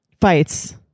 Fights